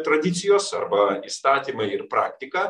tradicijos arba įstatymai ir praktika